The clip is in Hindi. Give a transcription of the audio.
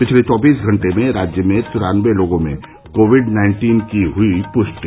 पिछले चौबीस घंटे में राज्य में तिरानबे लोगों में कोविड नाइन्टीन की हुई पृष्टि